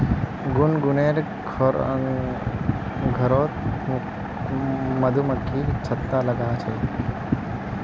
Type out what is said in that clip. गुनगुनेर घरोत मधुमक्खी छत्ता लगाया छे